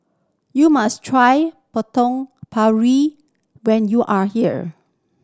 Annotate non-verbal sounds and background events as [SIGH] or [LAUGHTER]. you must try [UNINTELLIGIBLE] when you are here